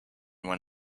when